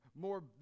more